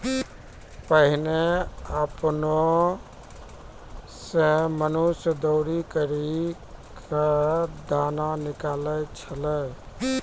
पहिने आपने सें मनुष्य दौरी करि क दाना निकालै छलै